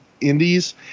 indies